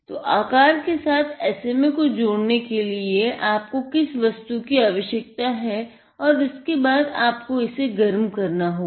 तो आकार के साथ SMA को जोड़ने के लिए आपको किस वस्तु की आवशयकता है और इसके बाद आपको इसे गर्म करना होगा